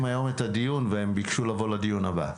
היום את הדיון והם ביקשו לבוא לדיון הבא.